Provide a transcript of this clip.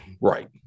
Right